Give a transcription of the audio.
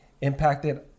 impacted